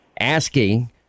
asking